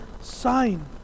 sign